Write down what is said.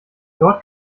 dort